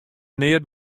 neat